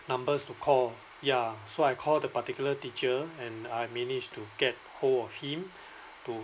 numbers to call ya so I call the particular teacher and I managed to get hold of him to